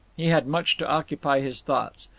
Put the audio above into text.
he had much to occupy his thoughts.